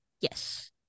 Yes